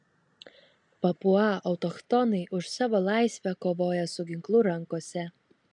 papua autochtonai už savo laisvę kovoja su ginklu rankose